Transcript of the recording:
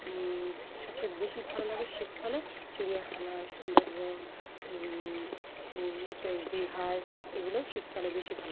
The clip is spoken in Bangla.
সবচেয়ে বেশি ভালো লাগে শীতকালে চিড়িয়াখানায় সুন্দরবন এতেও দীঘায় এগুলো শীতকালে বেশি ভালো লাগে